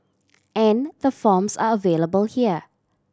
and the forms are available here